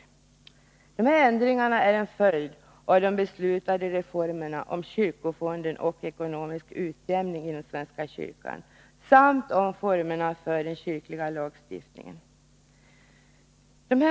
Dessa ändringar är en följd av de beslutade reformerna om kyrkofonden och ekonomisk utjämning inom svenska kyrkan samt om formerna för den kyrkliga lagstiftningen.